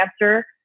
answer